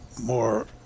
more